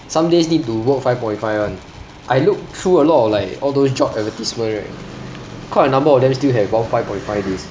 some days need to work five point five [one] I look through a lot of like all those job advertisement right quite a number of them still have want five point five days